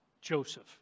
Joseph